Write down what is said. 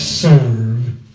serve